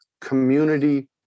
community